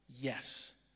yes